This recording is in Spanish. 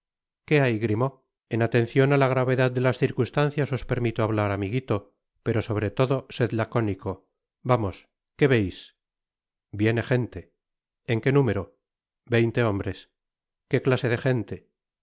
que hay grimaud en atencion á la gravedad de las circunstancias os permito hablar amiguito pero sobre todo sed lacónico vamos qué veis viene gente en qué número veinte hombres qué clase de gente